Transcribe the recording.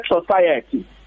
society